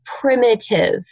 primitive